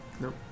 Nope